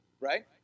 Right